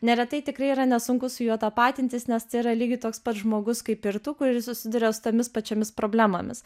neretai tikrai yra nesunku su juo tapatintis nes tai yra lygiai toks pat žmogus kaip ir tu kuris susiduria su tomis pačiomis problemomis